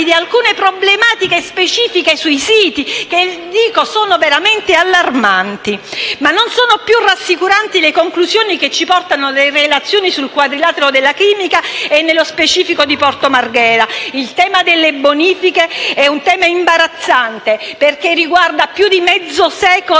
di alcune problematiche specifiche sui siti che sono veramente allarmanti. Non sono tuttavia più rassicuranti le conclusioni che ci offrono le relazioni sul cosiddetto quadrilatero della chimica e nello specifico su Porto Marghera. Il tema delle bonifiche è imbarazzante, perché riguarda più di mezzo secolo